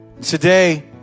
Today